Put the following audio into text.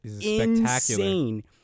insane